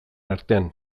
artean